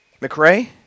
McRae